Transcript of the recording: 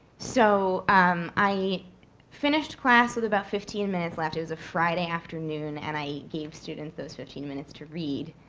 so i finished class with about fifteen minutes left. it was a friday afternoon, and i gave students those fifteen minutes to read,